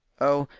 oh,